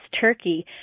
turkey